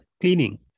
cleaning